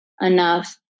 enough